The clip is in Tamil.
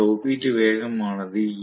இந்த ஒப்பீட்டு வேகம் ஆனது ஈ